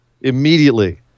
immediately